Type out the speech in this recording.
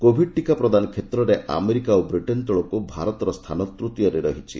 Covid ଟିକା ପ୍ରଦାନ କ୍ଷେତ୍ରରେ ଆମେରିକା ଓ ବ୍ରିଟେନ୍ ତଳକୁ ଭାରତର ସ୍ଥାନ ତୂତୀୟରେ ରହିଛି